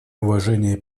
уважения